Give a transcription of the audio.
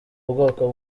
ubwoko